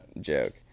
joke